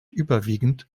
überwiegend